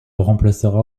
remplacera